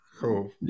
cool